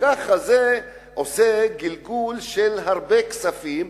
וככה מתגלגלים הרבה כספים,